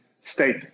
state